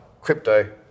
crypto